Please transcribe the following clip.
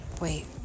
Wait